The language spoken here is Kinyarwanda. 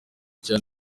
cya